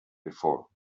before